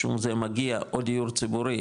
מגיע או דיור ציבורי,